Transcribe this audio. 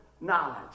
knowledge